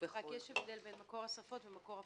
יש הבדל בין מקור השריפות למקור הפסולת.